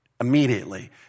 immediately